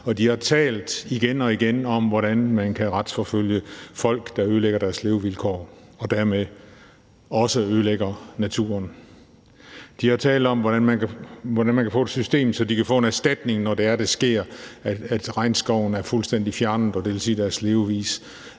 de har igen og igen talt om, hvordan man kan retsforfølge folk, der ødelægger deres levevilkår og dermed også ødelægger naturen. De har talt om, hvordan man kan få et system, så de kan få en erstatning, når det er, det sker, at regnskoven er fuldstændig fjernet, hvilket vil sige, at deres levevis